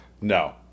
No